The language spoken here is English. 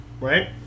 right